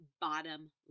bottom